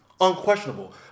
Unquestionable